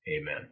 amen